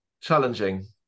Challenging